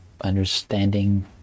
understanding